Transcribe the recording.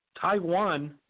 Taiwan